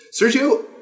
Sergio